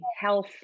health